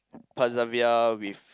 persevere with